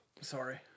Sorry